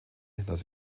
das